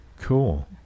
cool